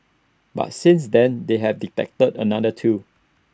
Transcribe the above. but since then they have detected another two